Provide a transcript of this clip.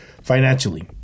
financially